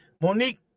Monique